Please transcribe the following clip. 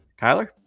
Kyler